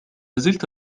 زلت